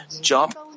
Job